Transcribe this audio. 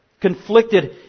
Conflicted